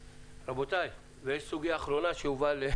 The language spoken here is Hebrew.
רבותיי, יש סוגייה אחרונה שהובאה.